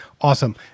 Awesome